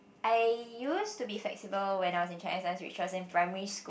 I used to be flexible when I was in Chinese dance which was in primary school